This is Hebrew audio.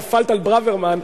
נפלת על ברוורמן,